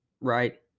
right